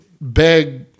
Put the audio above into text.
beg